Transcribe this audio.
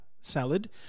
salad